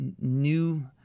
new